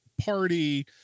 party